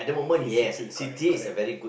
is City correct correct